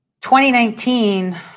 2019